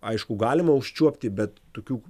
aišku galima užčiuopti bet tokių